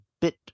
bit